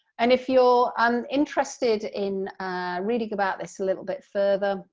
and if you're um interested in reading about this a little but further,